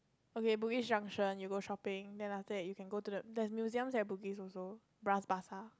okay Bugis-Junction you go shopping then after that you can go to the there's museum at Bugis also Bras-Basah